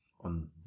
on